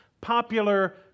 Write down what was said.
popular